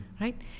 right